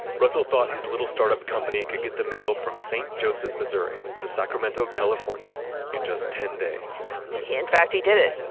russell thought his little startup company could get the mail from st. joseph, missouri to sacramento, california in just ten days he, in fact, he did it.